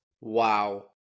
wow